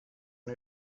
who